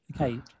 Okay